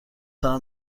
دارم